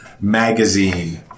magazine